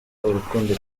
urukundo